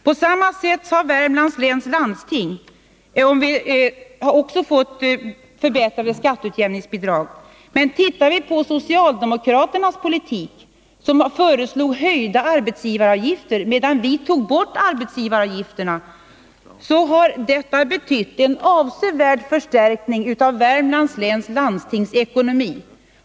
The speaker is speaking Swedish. På samma sätt har Värmlands läns landsting också fått förbättrade skatteutjämningsbidrag. Medan socialdemokraterna föreslog höjda arbetsgivaravgifter tog vi bort arbetsgivaravgifterna. Detta har betytt en avsevärd förstärkning av Värmlands läns landstings ekonomi.